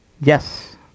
yes